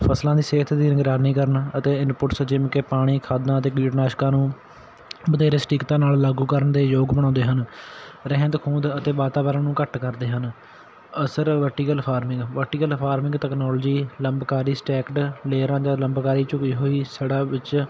ਫ਼ਸਲਾਂ ਦੀ ਸਿਹਤ ਦੀ ਨਿਗਰਾਨੀ ਕਰਨਾ ਅਤੇ ਇਨਪੁੱਟਸ ਜਿਵੇਂ ਕਿ ਪਾਣੀ ਖਾਦਾਂ ਅਤੇ ਕੀਟਨਾਸ਼ਕਾਂ ਨੂੰ ਵਧੇਰੇ ਸਟੀਕਤਾ ਨਾਲ ਲਾਗੂ ਕਰਨ ਦੇ ਯੋਗ ਬਣਾਉਂਦੇ ਹਨ ਰਹਿੰਦ ਖੂੰਦ ਅਤੇ ਵਾਤਾਵਰਨ ਨੂੰ ਘੱਟ ਕਰਦੇ ਹਨ ਅਸਰ vertical farming vertical farming technology ਲੰਬਕਾਰੀ ਸਟੈਕਡ ਨਹਿਰਾਂ ਦੇ ਲੰਬਕਾਰੀ ਝੁਕੀ ਹੋਈ ਸੜਾ ਵਿੱਚ